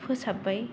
फोसाबबाय